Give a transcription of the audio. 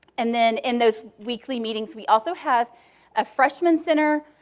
and then in those weekly meetings, we also have a freshman center,